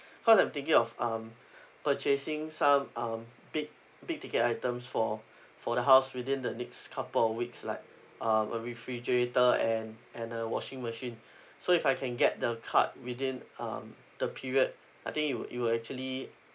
cause I'm thinking of um purchasing some um big big ticket items for for the house within the next couple of weeks like um a refrigerator and and a washing machine so if I can get the card within um the period I think it will it will actually